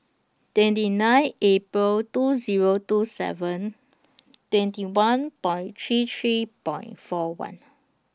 twenty nine April two Zero two seven twenty one Point three three Point four one